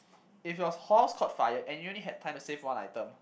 if your house caught fire and you only had time to save one item